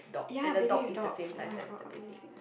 ya baby with dog [oh]-my-god amazing